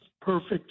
perfect